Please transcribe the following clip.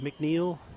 McNeil